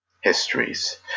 histories